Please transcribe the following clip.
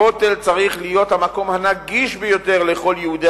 הכותל צריך להיות המקום הנגיש ביותר לכל יהודי